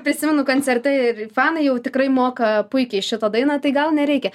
prisimenu koncerte ir fanai jau tikrai moka puikiai šitą dainą tai gal nereikia